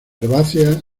herbácea